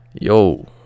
Yo